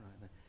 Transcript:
Right